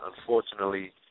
unfortunately